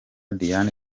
diane